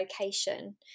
location